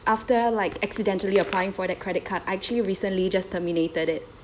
after like accidentally applying for that credit card I actually recently just terminated it